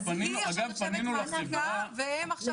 אז היא עכשיו נחשבת מעסיקה והם עכשיו